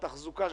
התחזוקה.